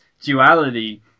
duality